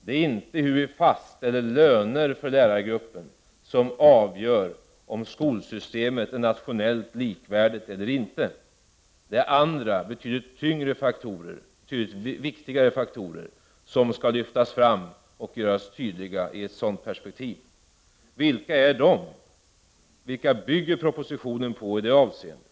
Det är inte hur vi fastställer löner för lärargruppen som avgör om skolsystemet är nationellt likvärdigt eller inte. Det är andra, betydligt viktigare, faktorer som skall lyftas fram och göras tydliga i det perspektivet. Men vilka är då dessa? Vad bygger propositionen på i det avseendet?